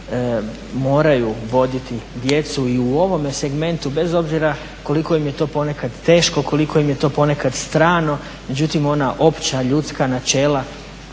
način moraju voditi djecu i u ovome segmentu, bez obzira koliko im je to ponekad teško, koliko im je to ponekad strano. Međutim ona opća ljudska načela